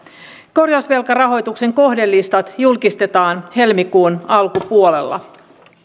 korjausvelkarahoituksen kohdelistat julkistetaan helmikuun alkupuolella